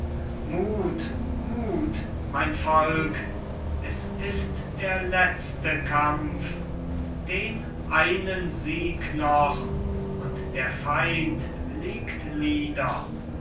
mut mut mein volk es ist der letzte kampf den einen sieg noch und der feind liegt nieder